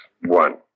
one